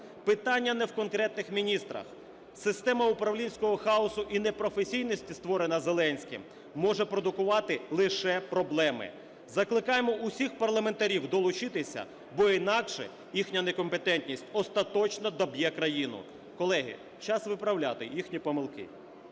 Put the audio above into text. Питання не в конкретних міністрах, система управлінського хаосу і непрофесійності, створена Зеленським, може продукувати лише проблеми. Закликаємо усіх парламентарів долучитися, бо інакше їхня некомпетентність остаточно доб'є країну. Колеги, час виправляти їхні помилки.